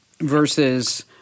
versus